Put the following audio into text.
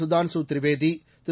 Sudhanshu Trivedi Thiru